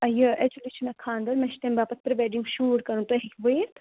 یہ ایکچولی چُھ مے خاندر مے چُھ تمہِ باپتھ پری ویڑنگ شوٹ کَرُن تُہۍ ہیکوٕ یِتھۍ